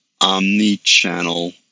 omni-channel